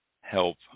help